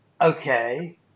Okay